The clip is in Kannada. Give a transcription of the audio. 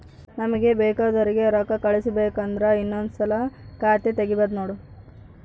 ನಮಗೆ ಬೇಕೆಂದೋರಿಗೆ ರೋಕ್ಕಾ ಕಳಿಸಬೇಕು ಅಂದ್ರೆ ಇನ್ನೊಂದ್ಸಲ ಖಾತೆ ತಿಗಿಬಹ್ದ್ನೋಡು